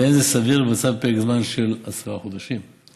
ואין זה סביר לבצעה בפרק זמן של עשרה חודשים.